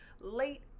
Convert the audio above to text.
late